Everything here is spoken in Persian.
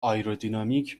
آیرودینامیک